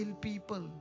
people